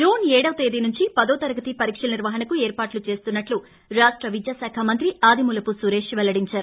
June ఏడో తేదీ నుంచి పదో తరగతి పరీక్షల నిర్వహణకు ఏర్పాట్లు చేస్తున్నట్లు రాష్ట విద్యా శాఖ మంత్రి ఆదిమూలపు సురేష్ పెల్లడించారు